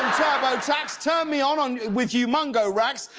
turbotax, turn me on with humongo racks,